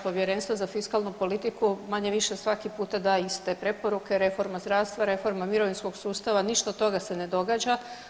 Povjerenstvo za fiskalnu politiku manje-više svaki puta da iste preporuke, reforma zdravstva, reforma mirovinskog sustava, ništa od toga se ne događa.